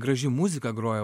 graži muzika groja